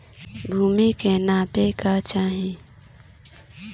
भूमि के नापेला का चाही?